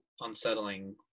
unsettling